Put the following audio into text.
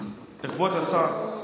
כבוד השר,